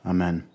Amen